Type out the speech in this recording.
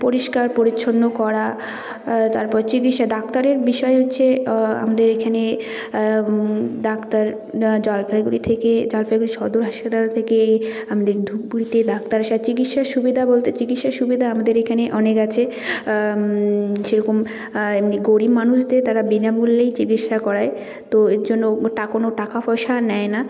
পরিষ্কার পরিচ্ছন্ন করা তারপর চিকিৎসা ডাক্তারের বিষয় হচ্ছে আমাদের এখানে ডাক্তার জলপাইগুড়ি থেকে জলপাইগুড়ির সদর হাসপাতাল থেকে আমদের ধূপগুড়িতে ডাক্তার আসে চিকিৎসার সুবিধা বলতে চিকিৎসার সুবিধা আমাদের এইখানে অনেক আছে সেরকম এমনি গরীব মানুষদের তারা বিনামূল্যেই চিকিৎসা করায় তো এর জন্য ওটা কোনো টাকা পয়সা নেয় না